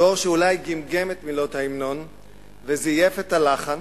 דור שאולי גמגם את מילות ההמנון וזייף את הלחן,